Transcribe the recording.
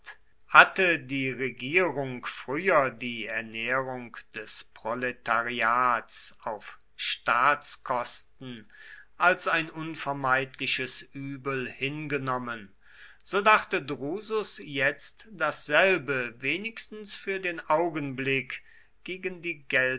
hatte die regierung früher die ernährung des proletariats auf staatskosten als ein unvermeidliches übel hingenommen so dachte drusus jetzt dasselbe wenigstens für den augenblick gegen die